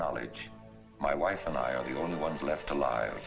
knowledge my wife and i are the only ones left alive